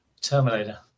Terminator